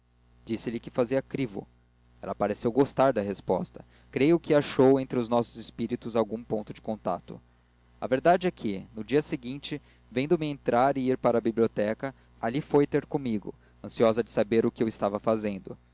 biblioteca disse-lhe que fazia crivo ela pareceu gostar da resposta creio que achou entre os nossos espíritos algum ponto de contacto a verdade é que no dia seguinte vendo-me entrar e ir para a biblioteca ali foi ter comigo ansiosa de saber o que eu estava fazendo